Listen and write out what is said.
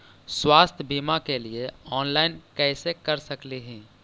स्वास्थ्य बीमा के लिए ऑनलाइन कैसे कर सकली ही?